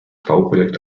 bauprojekt